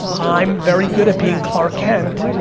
i'm very good at being clark kent,